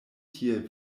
tie